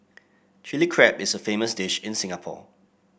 Chilli Crab is a famous dish in Singapore